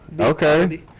okay